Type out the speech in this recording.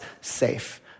safe